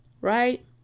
right